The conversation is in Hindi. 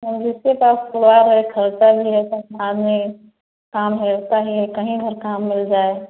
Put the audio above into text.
और जिसके पास होता ही है दस आदमी काम होता ही है कहीं भर काम मिल जाए